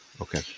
Okay